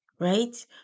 right